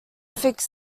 fix